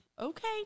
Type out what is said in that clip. Okay